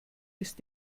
ist